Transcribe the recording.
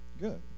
good